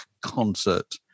concert